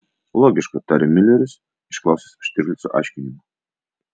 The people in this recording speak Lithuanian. logiška tarė miuleris išklausęs štirlico aiškinimų